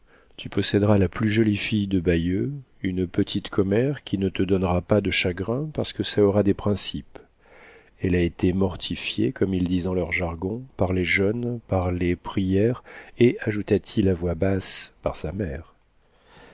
tu posséderas la plus jolie fille de bayeux une petite commère qui ne te donnera pas de chagrin parce que ça aura des principes elle a été mortifiée comme ils disent dans leur jargon par les jeûnes par les prières et ajouta-t-il à voix basse par sa mère